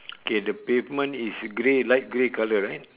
okay the pavement is grey light grey colour right